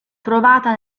trovata